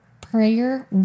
prayer